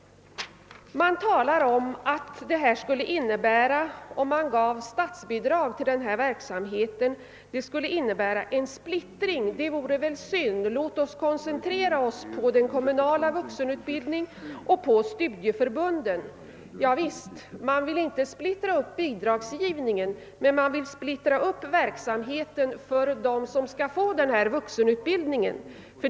Man talar om att statsbidrag till denna verksamhet skulle innebära en splittring. Det vore väl synd, låt oss koncentrera oss på den kommunala vuxenutbildningen och på studieförbunden, säger man. Javisst, man vill inte splittra bidragsgivningen, men man vill splittra verksamheten för dem som skall få denna vuxenutbildning.